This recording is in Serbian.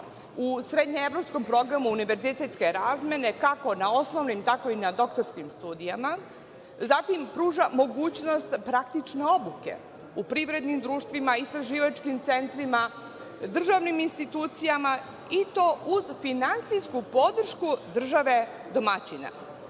u srednje-evropskom programu univerzitetske razmene kako na osnovnim, tako i na doktorskim studijama. Zatim pruža mogućnost praktične obuke u privrednim društvima, istraživačkim centrima, državnim institucijama i to uz finansijsku podršku države domaćina. Pored